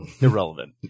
irrelevant